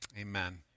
amen